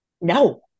No